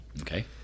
Okay